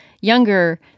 younger